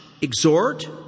exhort